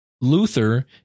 Luther